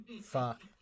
Fuck